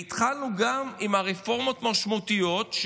והתחלנו גם עם רפורמות משמעותיות.